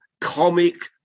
comic